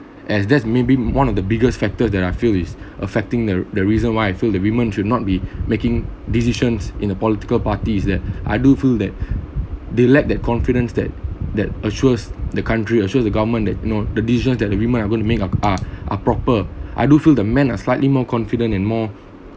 as that's maybe one of the biggest factor that I feel is affecting the the reason why I feel that women should not be making decisions in a political parties that I do feel that they lacked that confidence that that assures the country assures the government that you know the decisions that the women are going to make of are are proper I don't feel that men are slightly more confident and more